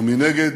ומנגד